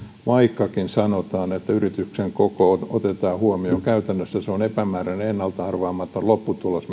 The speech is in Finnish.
vaikkakin sanotaan että yrityksen koko otetaan huomioon käytännössä se on epämääräinen ennalta arvaamaton lopputulos